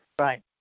Right